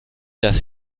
dass